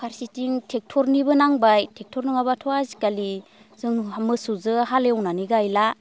फारसेथिं ट्रेक्टरनिबो नांबाय ट्रेक्टर नङाब्लाथ' आजिखालि जोंहा मोसौजो हालएवनानै गायला